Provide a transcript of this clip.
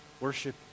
worship